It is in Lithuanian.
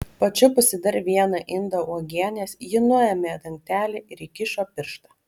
pačiupusi dar vieną indą uogienės ji nuėmė dangtelį ir įkišo pirštą